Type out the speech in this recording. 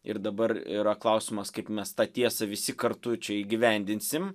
ir dabar yra klausimas kaip mes tą tiesą visi kartu čia įgyvendinsim